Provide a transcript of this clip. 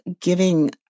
giving